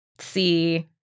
see